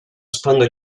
sponda